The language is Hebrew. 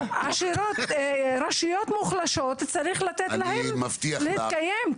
לרשויות מוחלשות צריך לאפשר להתקיים.